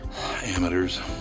Amateurs